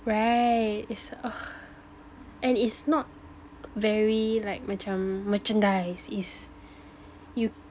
right it's ugh and it's not very like macam merchandise is you